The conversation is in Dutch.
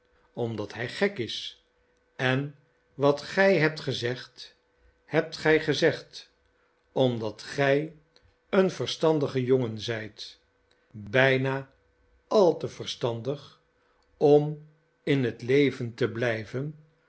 omdat hij een gek is en wat gij hebt gezegd hebt gij gezegd omdat gij een verstandige jongen zijt bijna al te verstandig om in het leven te blijven